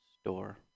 store